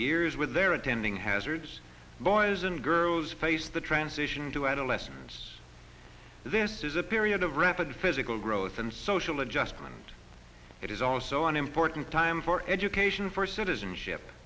years with their attending hazards boys and girls face the transition to adolescence this is a period of rapid physical growth and social adjustment it is also an important time for education for citizenship